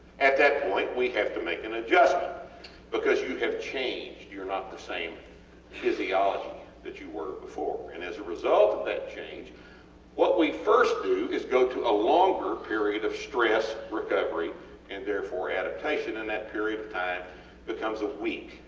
at that point we have to make an adjustment because you have changed, youre not the same physiology that you were before, and as a result of that change what we first do is go to a longer period of stress recovery and therefore adaptation and that period of time becomes a week.